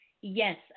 Yes